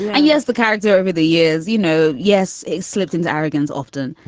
and yes, the character over the years, you know. yes. a slipped his arrogance often.